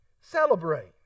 Celebrate